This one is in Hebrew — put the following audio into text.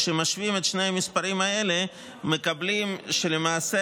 כשמשמיעים את שני המספרים האלה מקבלים שלמעשה,